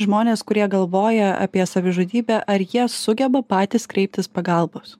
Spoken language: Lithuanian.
žmonės kurie galvoja apie savižudybę ar jie sugeba patys kreiptis pagalbos